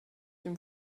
dem